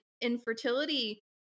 infertility